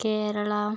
Kerala